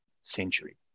century